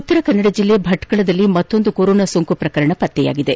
ಉತ್ತರ ಕನ್ನಡ ಜಿಲ್ಲೆ ಭಟ್ಕಳದಲ್ಲಿ ಮತ್ತೊಂದು ಕೊರೋನಾ ಸೊಂಕು ಪ್ರಕರಣ ಪತ್ತೆಯಾಗಿದೆ